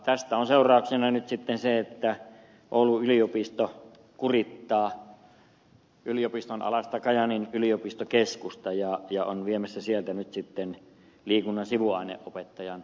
tästä on seurauksena nyt sitten se että oulun yliopisto kurittaa yliopiston alaista kajaanin yliopistokeskusta ja on viemässä sieltä nyt sitten liikunnan sivuaineopettajan aloituspaikkoja pois